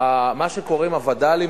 מה שקוראים הווד"לים.